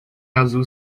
azul